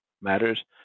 matters